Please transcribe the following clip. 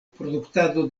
produktado